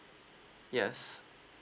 yes